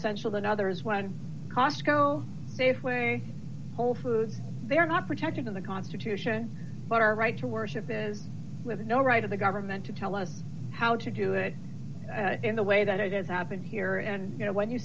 essential than others when costco safeway whole foods they're not protected in the constitution but our right to worship is with no right of the government to tell us how to do it in the way that it has happened here and you know when you